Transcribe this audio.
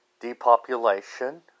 depopulation